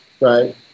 right